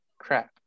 crap